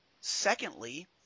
secondly